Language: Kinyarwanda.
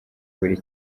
buri